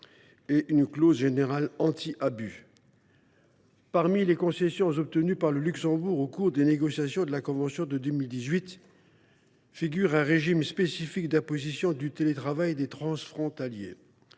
qu’une clause générale anti abus. Parmi les concessions obtenues par le Luxembourg au cours des négociations de la convention de 2018 figure un régime spécifique d’imposition du télétravail des transfrontaliers.